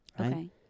Okay